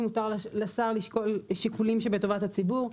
מותר לשר לשקול שיקולים שבטובת הציבור.